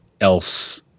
else